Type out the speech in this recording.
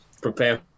prepare